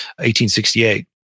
1868